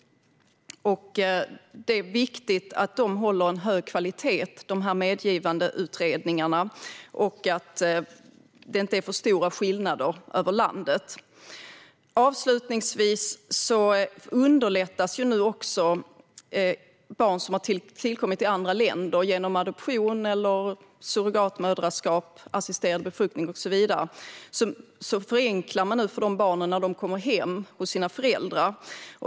Det är viktigt att medgivandeutredningarna håller hög kvalitet och att det inte är för stora skillnader över landet. Avslutningsvis förenklar man nu för de barn som har tillkommit i andra länder och sedan kommer hem till sina föräldrar. Det kan handla om adoption, surrogatmoderskap, assisterad befruktning och så vidare.